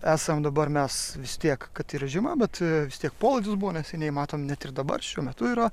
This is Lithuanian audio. esam dabar mes visi tiek kad režimą bet vis tiek polydis buvo neseniai matom net ir dabar šiuo metu yra